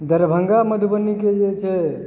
दरभङ्गा मधुबनीके जे छै